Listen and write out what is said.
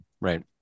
right